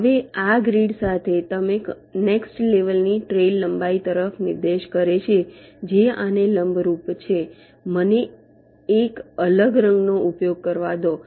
હવે આ ગ્રીડ સાથે તમને નેક્સ્ટ લેવલની ટ્રેઇલ લંબાઈ તરફ નિર્દેશ કરે છે જે આને લંબરૂપ છે મને એક અલગ રંગનો ઉપયોગ કરવા દો